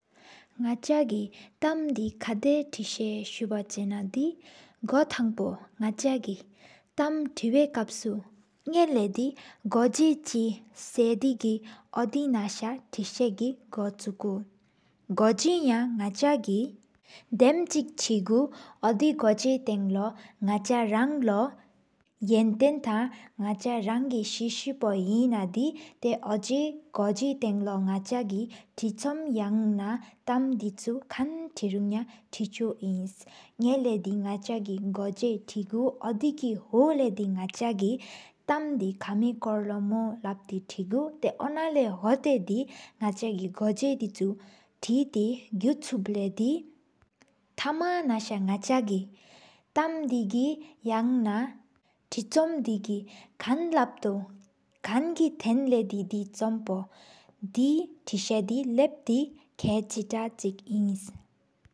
ནག་ཆ་གི་ཐེམ་དེ་ཁ་བསྟའ་སྲུངས་འོད་ཆིག་ན་དེ། གོ་ཐང་བོ་ནག་ཆ་གི་རྐྱེན་གཏམ་བསྟེན་དེ་འདིར་ཁབ་བསྐྲུན། གོ་ཟེ་བཅུ་རྩ་གཅིག་སེའུ་གི་ཨོ་སྒྱུས་ན་སྲུབ་གི་གོ་མི་ཡང། གོ་ཟེ་ཡང་ན་ཆ་གི་ཐེམ་གཅིག་བཅོ་ལོ་ཐིག་མེད། དོན་དུ་གི་གི་ཐང་ལོ་ནག་ཆའམ་མངྒི་རམྶ་ནུ་འཐོུམ་ཐེན། ན་ཆ་རང་ལོ་སྲེ་བར་ཕྱོགས་འི་ངའི་ཚོགས་སྒྱུས་འོ་རེ། ཐང་གི་ལོ་དེ་ཉི་དང་ན་ཐེམ་དི་བུ་ལྷག་། ཐེ་ཕྱིན་ཨིན་ཧེད་མ་གདེ་ནག་ཆ་གི་གོ་སྤྲེགས་འགུས། ཨོ་རེ་གི་ཨེ་ཧོཁ་ལགས་མ་དེ་ནག་ཆ་གི་ཐེམ་དེ་མ་སྨོ་ཀྱི། སྐོར་ལོ་མོ་ལབ་ཏེ་ཐེགས་ཀྱང་གནག་གདེ་། ནག་ཆ་གི་གོ་གི་དེ་གཅིག་ཚེགས་པ་ཐེན་དང། གུ་ཆུབ་ལགས་མ་དེ་ཐལ་མ་ཉམ་དང་ང་ཀྲོས། ཐེམ་དེ་གི་ཁང་ལབ་སྟོད་དེ་བཅོ་མི་དེ་ཀ་མི་སྐྱེའོ་རེ། ན་ཀ་ཨིན་ཕྱུ་ནི་ཐེ་ཅེ་ན་བདེ་ཉེ་ཚེ་ཁི་ཨིན།